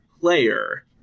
player